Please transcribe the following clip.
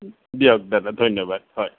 দিয়ক দাদা ধন্যবাদ হয়